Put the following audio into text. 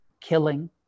killing